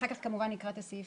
אחר כך כמובן נקרא את הסעיפים.